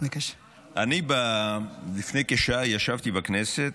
אני לפני כשעה ישבתי בכנסת,